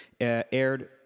aired